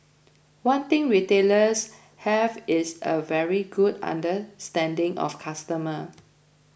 one thing retailers have is a very good understanding of customer